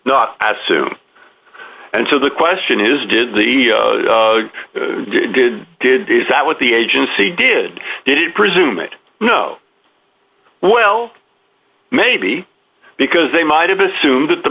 not as soon and so the question is did the did did is that what the agency did they did presume it no well maybe because they might have assumed that the